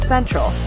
Central